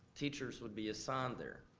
teachers would be assigned there,